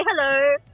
hello